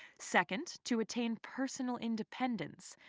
second, to attain personal independence,